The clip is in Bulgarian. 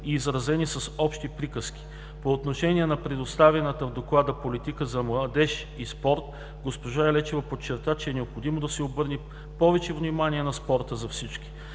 и изразени с общи приказки. По отношение на представената в Доклада политика за младеж и спорт, госпожа Лечева подчерта, че е необходимо да се обърне повече внимание на спорта за всички.